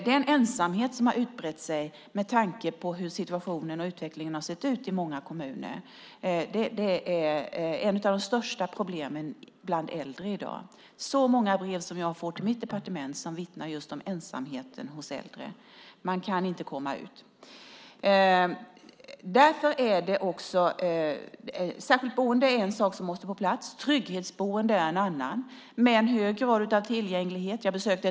Den ensamhet som har utbrett sig, beroende på hur situationen och utvecklingen har sett ut i många kommuner, är ett av de största problemen bland äldre i dag. Jag får så många brev till mitt departement som vittnar just om ensamheten bland äldre. Man kan inte komma ut. Särskilt boende är en sak som måste komma på plats, trygghetsboende med en hög grad av tillgänglighet är en annan.